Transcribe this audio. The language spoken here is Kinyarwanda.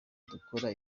dukora